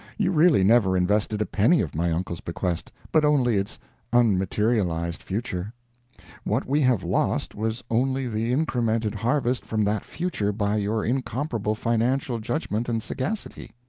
you really never invested a penny of my uncle's bequest, but only its unmaterialized future what we have lost was only the incremented harvest from that future by your incomparable financial judgment and sagacity.